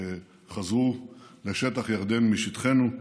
שחזרו משטח ירדן ומשטחנו.